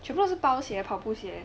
全部都是包鞋跑步鞋